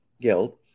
guilt